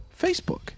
Facebook